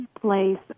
place